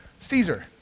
Caesar